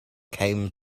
came